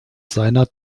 seiner